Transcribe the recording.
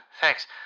Thanks